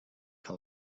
que